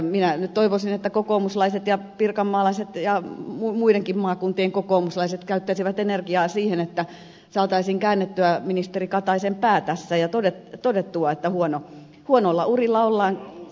minä nyt toivoisin että kokoomuslaiset ja pirkanmaalaiset ja muidenkin maakuntien kokoomuslaiset käyttäisivät energiaa siihen että saataisiin käännettyä ministeri kataisen pää tässä ja todettua että huonoilla urilla ollaan